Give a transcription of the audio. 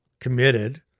committed